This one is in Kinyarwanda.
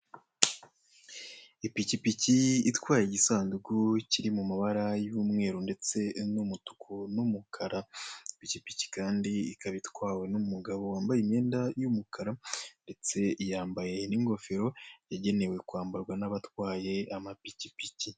Ipikipiki itwaye igisanduku kiri mu mabara y'umweru ndetse n'umutuku n'umukara, ipikipiki kandi ikaba itwawe n'umugabo wambaye imyenda y'umukara ndetse yambaye n'ingofero yagenewe kwambarwa n'abatwaye amapikipiki.